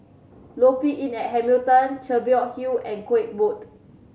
Lofi Inn at Hamilton Cheviot Hill and Koek Road